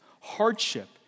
hardship